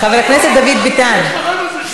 מה נכנסתם ליום האישה,